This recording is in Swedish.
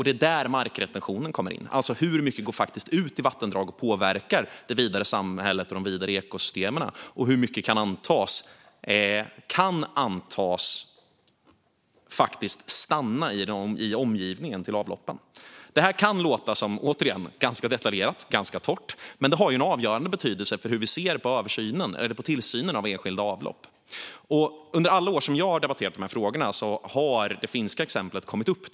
Det är där markretentionen kommer in, alltså hur mycket som faktiskt går ut i vattendrag och påverkar samhället och ekosystemen och hur mycket som faktiskt kan antas stanna i omgivningen runt avloppen. Det här kan låta, återigen, ganska detaljerat och torrt, men det har en avgörande betydelse för hur vi ser på tillsynen av enskilda avlopp. Under alla år som jag har debatterat de här frågorna har det finska exemplet kommit upp.